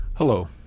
Hello